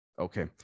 Okay